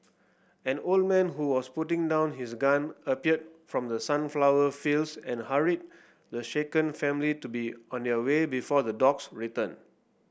an old man who was putting down his gun appeared from the sunflower fields and hurried the shaken family to be on their way before the dogs return